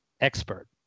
expert